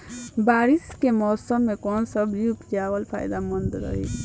बारिश के मौषम मे कौन सब्जी उपजावल फायदेमंद रही?